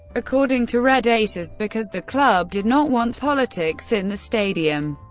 according to red aces, because the club did not want politics in the stadium.